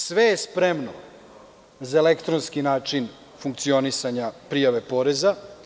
Sve je spremno za elektronski način funkcionisanja prijave poreza.